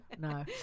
no